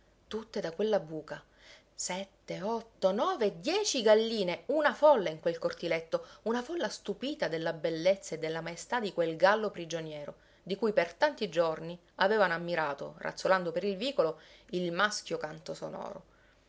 tutte da quella buca sette otto nove dieci galline una folla in quel cortiletto una folla stupita della bellezza e della maestà di quel gallo prigioniero di cui per tanti giorni avevano ammirato razzolando per il vicolo il maschio canto sonoro